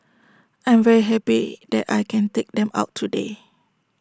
I'm very happy that I can take them out today